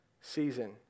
season